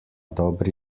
dobri